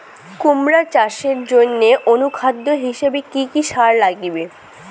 কুমড়া চাষের জইন্যে অনুখাদ্য হিসাবে কি কি সার লাগিবে?